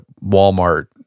Walmart